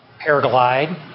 paraglide